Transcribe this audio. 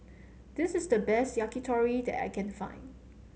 this is the best Yakitori that I can find